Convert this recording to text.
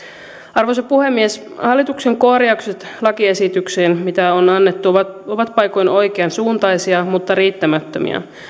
arvoisa puhemies hallituksen korjaukset lakiesityksiin mitä on annettu ovat ovat paikoin oikeansuuntaisia mutta riittämättömiä